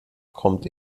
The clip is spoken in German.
kommt